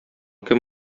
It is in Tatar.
кем